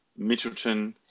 Mitchelton